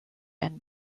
and